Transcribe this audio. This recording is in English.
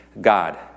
God